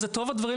אז את רוב הדברים,